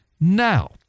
Now